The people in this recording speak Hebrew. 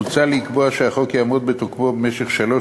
מוצע לקבוע שהחוק יעמוד בתוקפו במשך שלוש